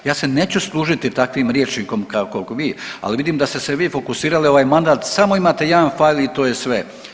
Ja se neću služiti takvim rječnikom kako vi, ali vidim da ste se vi fokusirali ovaj mandat samo imate jedan fail i to je sve.